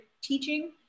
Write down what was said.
teaching